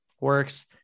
works